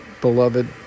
beloved